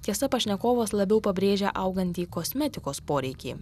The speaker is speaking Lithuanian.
tiesa pašnekovas labiau pabrėžia augantį kosmetikos poreikį